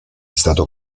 stato